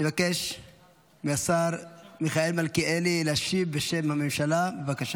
אבקש מהשר מיכאל מלכיאלי להשיב בשם הממשלה, בבקשה.